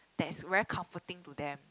that's very comforting to them